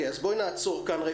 נעצור כאן.